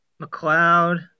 McLeod